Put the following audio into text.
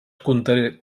contaré